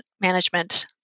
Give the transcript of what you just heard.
management